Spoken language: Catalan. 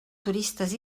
turistes